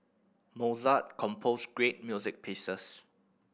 Mozart composed great music pieces